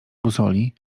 busoli